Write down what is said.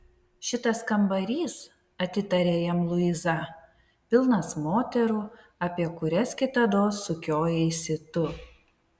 šitas kambarys atitarė jam luiza pilnas moterų apie kurias kitados sukiojaisi tu